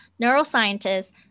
neuroscientists